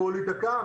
הכל יתקע.